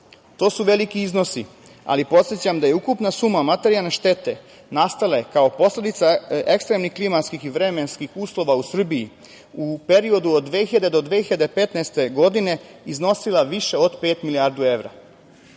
To su veliki iznosi. Podsećam da je ukupna suma materijalne štete nastale kao posledica ekstremnih klimatskim i vremenskih uslova u Srbiji u periodu od 2000. do 2015. godine iznosila više od 5 milijardi evra.U